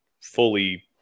fully